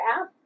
app